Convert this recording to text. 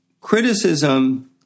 criticism